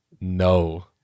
no